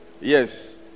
Yes